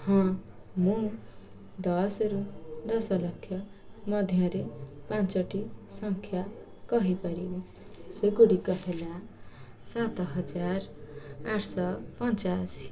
ହଁ ମୁଁ ଦଶରୁ ଦଶଲକ୍ଷ ମଧ୍ୟରେ ପାଞ୍ଚୋଟି ସଂଖ୍ୟା କହିପାରିବି ସେଗୁଡ଼ିକ ହେଲା ସାତହଜାର ଆଠଶହ ପଞ୍ଚାଅଶୀ